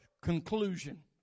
Conclusion